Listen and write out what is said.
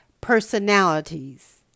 personalities